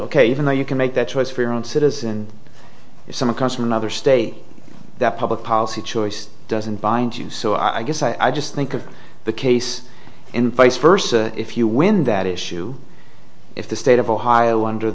ok even though you can make that choice for your own citizen if some of comes from another state that public policy choice doesn't bind you so i guess i just think of the case in face first if you win that issue if the state of ohio under